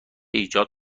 ایجاد